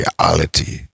reality